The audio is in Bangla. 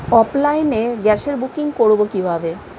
অফলাইনে গ্যাসের বুকিং করব কিভাবে?